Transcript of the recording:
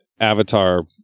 Avatar